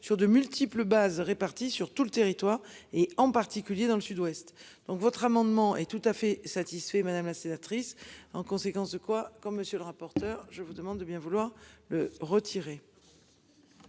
sur de multiples bases réparties sur tout le territoire et en particulier dans le Sud-Ouest. Donc votre amendement est tout à fait. Madame la sénatrice. En conséquence de quoi, comme monsieur le rapporteur. Je vous demande de bien vouloir le retirer.